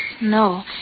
No